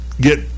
get